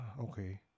okay